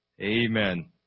Amen